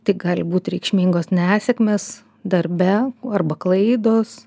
tai gali būt reikšmingos nesėkmės darbe arba klaidos